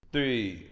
Three